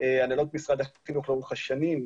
הנהלות משרד החינוך לאורך השנים,